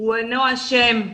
הוא אינו אשם.